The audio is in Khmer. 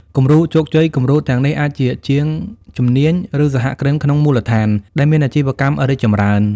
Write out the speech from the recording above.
គំរូជោគជ័យ គំរូទាំងនេះអាចជាជាងជំនាញ ឬសហគ្រិនក្នុងមូលដ្ឋាន ដែលមានអាជីវកម្មរីកចម្រើន។